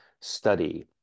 study